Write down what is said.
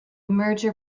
merger